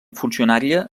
funcionària